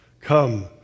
come